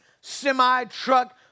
semi-truck